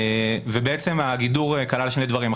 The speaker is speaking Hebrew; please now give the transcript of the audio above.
ובעצם הגידור כלל שני דברים,